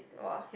!wah!